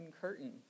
curtain